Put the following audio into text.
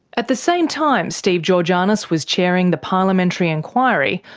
at the same time steve georganas was chairing the parliamentary inquiry,